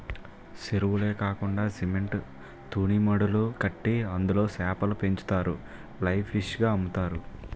సెరువులే కాకండా సిమెంట్ తూనీమడులు కట్టి అందులో సేపలు పెంచుతారు లైవ్ ఫిష్ గ అమ్ముతారు